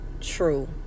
true